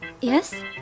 Yes